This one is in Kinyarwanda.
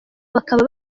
bakaba